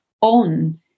on